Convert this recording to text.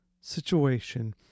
situation